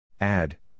Add